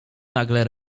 nagle